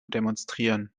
demonstrieren